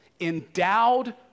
endowed